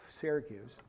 Syracuse